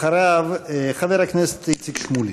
אחריו, חבר הכנסת איציק שמולי.